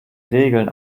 regeln